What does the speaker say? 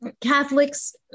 Catholics